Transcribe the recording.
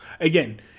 Again